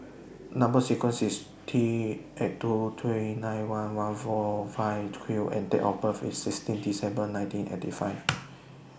Number sequence IS T eight two three nine one one four five Q and Date of birth IS sixteen December nineteen eighty five